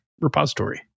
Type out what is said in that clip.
repository